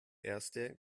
erste